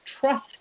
trust